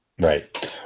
Right